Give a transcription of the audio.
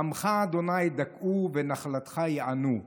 עמך, ה', ידכאו ונחלתך יענו.